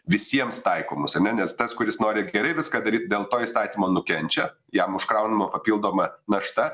visiems taikomus ar ne nes tas kuris nori gerai viską daryt dėl to įstatymo nukenčia jam užkraunama papildoma našta